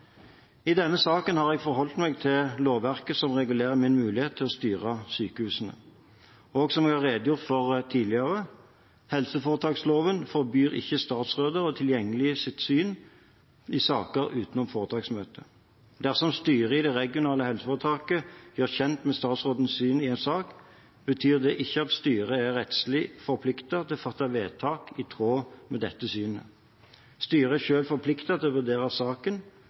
I denne saken har jeg forholdt meg til lovverket som regulerer min mulighet til å styre sykehusene. Og, som jeg har redegjort for tidligere, helseforetaksloven forbyr ikke statsråder å tilkjennegi sitt syn i saker utenom foretaksmøtet. Dersom styret i det regionale helseforetaket gjøres kjent med statsrådens syn i en sak, betyr ikke det at styret er rettslig forpliktet til å fatte vedtak i tråd med dette synet. Styret er selv forpliktet til å vurdere saken